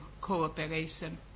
cooperation